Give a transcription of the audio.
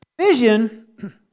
Vision